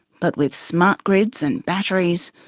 but with smart grids and batteries,